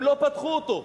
הם לא פתחו אותו.